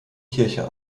kirche